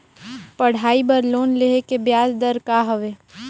पढ़ाई बर लोन लेहे के ब्याज दर का हवे?